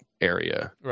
area